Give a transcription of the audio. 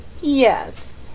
Yes